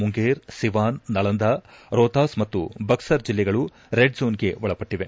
ಮುಂಗೇರ್ ಶಿವಾನ್ ನಳಂದಾ ರೊತಾಸ್ ಮತ್ತು ಬಕ್ಲರ್ ಜಿಲ್ಲೆಗಳು ರೆಡ್ಜೋನ್ಗೆ ಒಳಪಟ್ಟವೆ